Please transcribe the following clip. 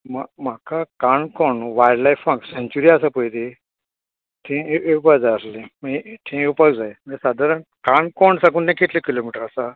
म्हा म्हाका काणकोण वायल्ड लायफांक सॅन्च्युरी आसा पळय ती थीं येवपाक जाय आसलें मागीर थीं येवपाक जाय सादारण काणकोण साकून कितलें किलो मिटर आसा